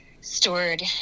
stored